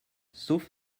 sauf